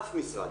אף משרד.